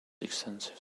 extensive